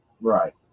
Right